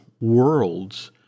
worlds